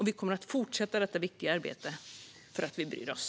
Vi kommer att fortsätta detta viktiga arbete, för vi bryr oss.